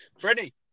Brittany